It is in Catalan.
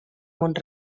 mont